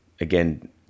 again